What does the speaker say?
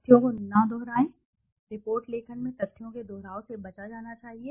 तथ्यों को न दोहराएं रिपोर्ट लेखन में तथ्यों के दोहराव से बचा जाना चाहिए